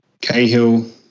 Cahill